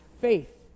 faith